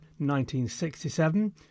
1967